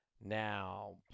now